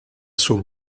sul